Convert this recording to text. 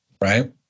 right